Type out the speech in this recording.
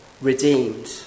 redeemed